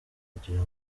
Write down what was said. kugira